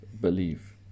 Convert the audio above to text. believe